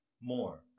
more